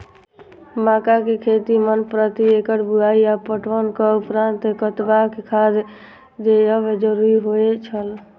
मक्का के खेती में प्रति एकड़ बुआई आ पटवनक उपरांत कतबाक खाद देयब जरुरी होय छल?